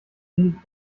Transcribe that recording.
innig